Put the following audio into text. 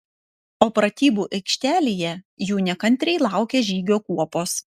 o pratybų aikštelėje jų nekantriai laukė žygio kuopos